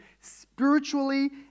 spiritually